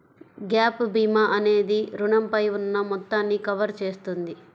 gap భీమా అనేది రుణంపై ఉన్న మొత్తాన్ని కవర్ చేస్తుంది